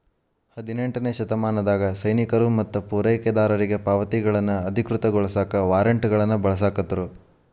ಹದಿನೆಂಟನೇ ಶತಮಾನದಾಗ ಸೈನಿಕರು ಮತ್ತ ಪೂರೈಕೆದಾರರಿಗಿ ಪಾವತಿಗಳನ್ನ ಅಧಿಕೃತಗೊಳಸಾಕ ವಾರ್ರೆಂಟ್ಗಳನ್ನ ಬಳಸಾಕತ್ರು